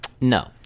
No